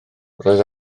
roedd